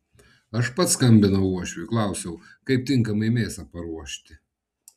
aš pats skambinau uošviui klausiau kaip tinkamai mėsą paruošti